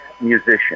musician